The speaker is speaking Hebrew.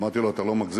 אמרתי לו: אתה לא מגזים?